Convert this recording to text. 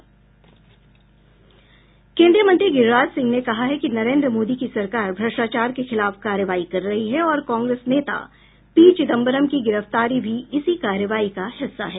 केन्द्रीय मंत्री गिरिराज सिंह ने कहा है कि नरेन्द्र मोदी की सरकार भ्रष्टाचार के खिलाफ कार्रवाई कर रही है और कांग्रेस नेता पी चिदम्बरम की गिरफ्तारी भी इसी कार्रवाई का हिस्सा है